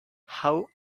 how